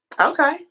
Okay